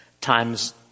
times